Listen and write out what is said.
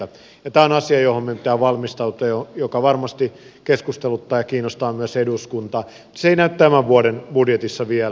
tämä on asia johon meidän pitää valmistautua ja joka varmasti keskusteluttaa ja kiinnostaa myös eduskuntaa mutta se ei näy tämän vuoden budjetissa vielä